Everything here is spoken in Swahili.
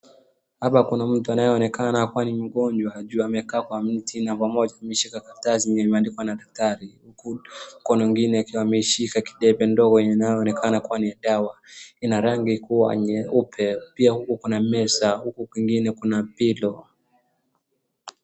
Hapa kuna mtu anayeoekana kuwa ni mgonjwa juu amekaa kwa kiti mkono mmoja ukiwa umeshika karatasi yenye imeandikwa na daktari huku mkona ingine ikiwa imeshika kidebe inayoenekana kuwa ni dawa na rangi kuwa ni nyeupe pia huku kuna meza huku kwingine kuna pillow .